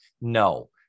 No